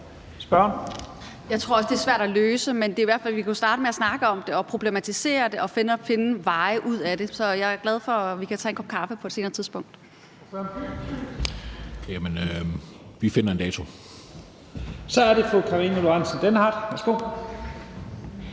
Jeg tror også, det er svært at løse, men vi kunne jo i hvert fald starte med at snakke om det og problematisere det og finde veje ud af det. Så jeg er glad for, at vi kan tage en kop kaffe på et senere tidspunkt. Kl. 11:56 Første næstformand (Leif Lahn Jensen):